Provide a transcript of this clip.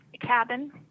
cabin